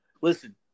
Listen